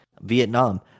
Vietnam